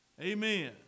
Amen